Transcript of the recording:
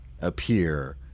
appear